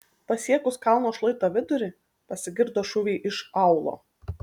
pasiekus kalno šlaito vidurį pasigirdo šūviai iš aūlo